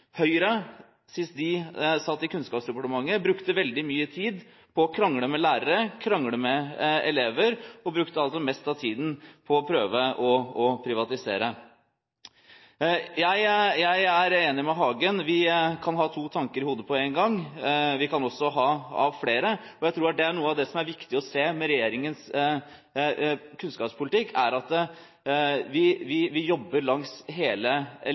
Høyre brukte sist de satt i dette departementet, veldig mye tid på å krangle med lærere og med elever og brukte det meste av tiden på å prøve å privatisere. Jeg er enig med Hagen: Vi kan ha to tanker i hodet på en gang. Vi kan også ha flere. Jeg tror noe av det som er viktig med regjeringens kunnskapspolitikk, er at vi jobber langs hele